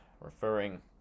referring